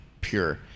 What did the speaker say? pure